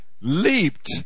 leaped